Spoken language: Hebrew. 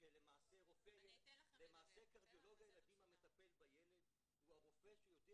שלמעשה קרדיולוג הילדים המטפל בילד הוא הרופא שיודע